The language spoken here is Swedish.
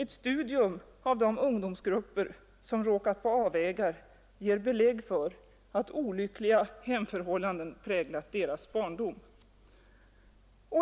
Ett studium av de ungdomsgrupper som råkat på avvägar ger belägg för att olyckliga hemförhållanden ofta präglat deras barndom.”